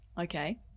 Okay